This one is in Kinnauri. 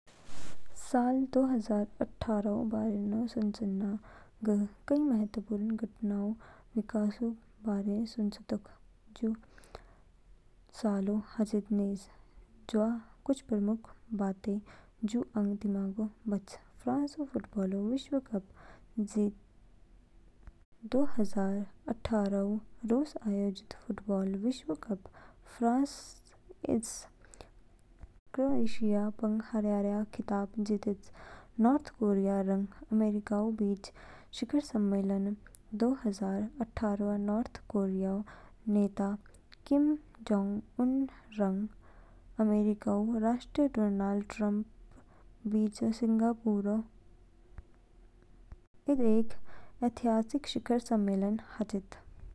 साल दो हजार अट्ठारहऊ बारेऊ सुचेनो समय, ग कई महत्वपूर्ण घटनाओंऊ रंग विकासऊ बारे सुचेतोक जो जू सालो हाचिद निज। जवा कुछ प्रमुख बातें जू आंग दिमागो बच। फ्रांसऊ फुटबॉल विश्व कप जीत दो हजार अट्ठारहऊ रूस आयोजित फुटबॉल विश्व कपऊ फ्रांस इस क्रोएशिया पंग हरयाया खिताब जीतेच। नॉर्थ कोरिया रंग अमेरिकाऊ बीच शिखर सम्मेलन दो हजार अट्ठारहऊ नॉर्थ कोरियाऊ नेता किम जोंग-उन रंग अमेरिकीऊ राष्ट्रपति डोनाल्ड ट्रम्पऊ बीचो सिंगापुरऊ इदएक ऐतिहासिक शिखर सम्मेलन हाचिद।